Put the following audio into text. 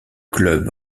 club